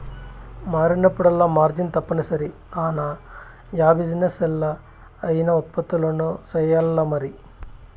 మారినప్పుడల్లా మార్జిన్ తప్పనిసరి కాన, యా బిజినెస్లా అయినా ఉత్పత్తులు సెయ్యాల్లమరి